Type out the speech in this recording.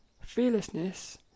fearlessness